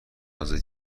اعضای